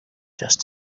just